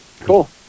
Cool